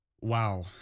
Wow